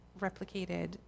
replicated